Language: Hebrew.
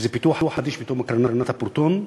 שזה פיתוח חדשני בתחום הקרנת הפרוטון.